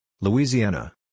Louisiana